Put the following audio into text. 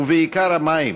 ובעיקר המים,